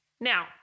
Now